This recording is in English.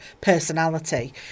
personality